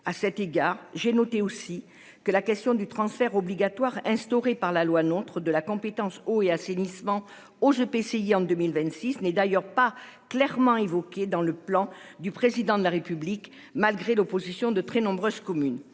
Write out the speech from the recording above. à cet égard, j'ai noté aussi que la question du transfert obligatoire instauré par la loi notre de la compétence eau et assainissement aux EPCI en 2026 n'est d'ailleurs pas clairement évoquée dans le plan du président de la République, malgré l'opposition de très nombreuses communes.